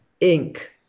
ink